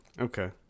Okay